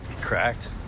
cracked